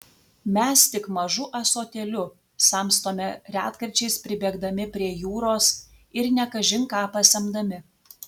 mes tik mažu ąsotėliu samstome retkarčiais pribėgdami prie jūros ir ne kažin ką pasemdami